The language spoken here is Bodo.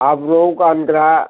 हाब्रुआव गानग्रा